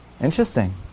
Interesting